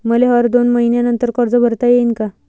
मले हर दोन मयीन्यानंतर कर्ज भरता येईन का?